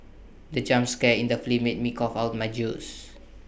the jump scare in the film made me cough out my juice